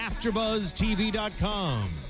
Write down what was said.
AfterBuzzTV.com